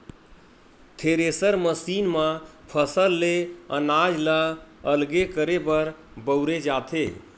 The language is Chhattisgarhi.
थेरेसर मसीन म फसल ले अनाज ल अलगे करे बर बउरे जाथे